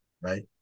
right